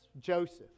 Joseph